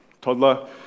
toddler